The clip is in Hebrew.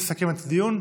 יסכם את הדיון,